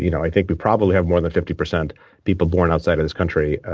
you know i think we probably have more than fifty percent people born outside of this country.